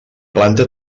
planta